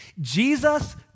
Jesus